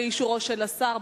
באישורו של השר,